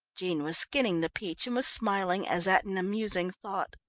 jean was skinning the peach and was smiling as at an amusing thought.